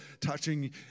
touching